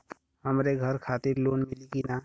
हमरे घर खातिर लोन मिली की ना?